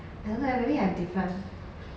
I don't know eh maybe I different